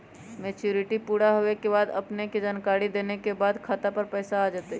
Maturity पुरा होवे के बाद अपने के जानकारी देने के बाद खाता पर पैसा आ जतई?